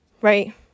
right